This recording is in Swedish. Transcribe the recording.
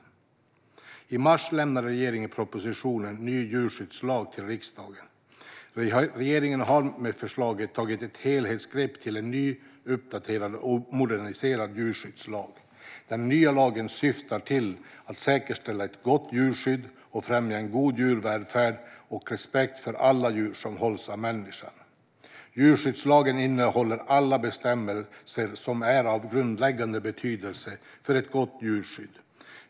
I mars lämnade regeringen propositionen Ny djurskyddslag till riksdagen. Regeringen har med förslaget tagit ett helhetsgrepp till en ny uppdaterad och moderniserad djurskyddslag. Den nya lagen syftar till att säkerställa ett gott djurskydd och främja en god djurvälfärd och respekt för alla djur som hålls av människan. Djurskyddslagen innehåller alla bestämmelser som är av grundläggande betydelse för ett gott djurskydd.